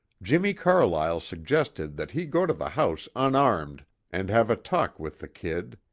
jimmie carlyle suggested that he go to the house unarmed and have a talk with the kid.